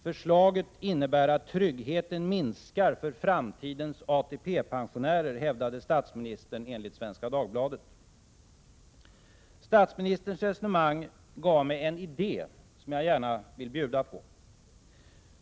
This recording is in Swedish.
Förslaget innebär att tryggheten minskar för framtidens ATP-pensionärer, hävdade statsministern enligt Svenska Dagbladet. Statsministerns resonemang gav mig en idé som jag gärna vill bjuda på.